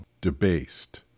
debased